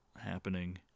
happening